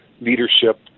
leadership